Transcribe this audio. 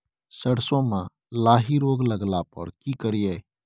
सरसो मे लाही रोग लगला पर की करिये?